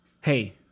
Hey